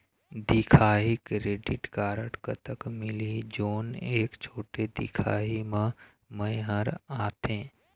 दिखाही credit card कतक मिलही जोन एक छोटे दिखाही म मैं हर आथे?